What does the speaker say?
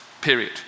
period